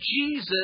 Jesus